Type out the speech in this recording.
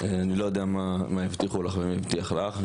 אני לא יודע מה הבטיחו לך ומי הבטיח לך,